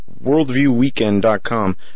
worldviewweekend.com